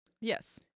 Yes